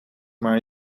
maar